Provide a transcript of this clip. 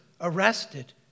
arrested